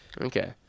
Okay